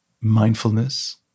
mindfulness